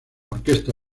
orquesta